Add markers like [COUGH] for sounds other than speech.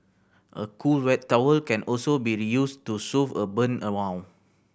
a cool wet towel can also be used to soothe a burn [UNINTELLIGIBLE]